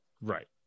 Right